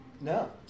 No